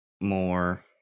More